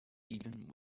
even